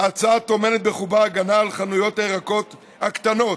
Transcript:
ההצעה טומנת בחובה הגנה על חנויות הירקות הקטנות,